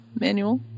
manual